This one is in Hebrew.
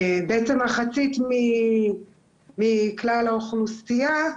בעצם מחצית מכלל האוכלוסיה,